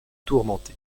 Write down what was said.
tourmenté